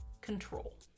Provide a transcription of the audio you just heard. control